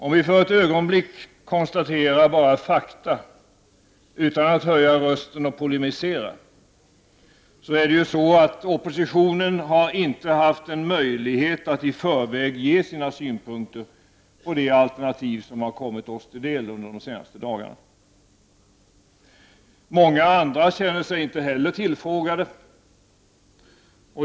Om vi för ett ögonblick bara konstaterar fakta utan att höja rösten och polemisera, vill jag säga att oppositionen inte har haft möjlighet att i förväg ge sina synpunkter på det alternativ som har kommit oss till del under de senaste dagarna. Många andra känner sig inte heller tillfrågade.